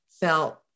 felt